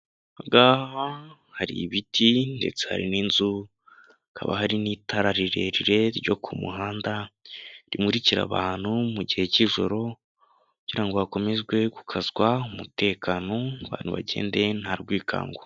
Aha ngaha hari ibiti ndetse hari n'inzu hakaba hari n'itara rirerire ryo ku muhanda, rimurikira abantu mu gihe cy'ijoro kugira ngo hakomezwe gukazwa umutekano bagende nta rwikango.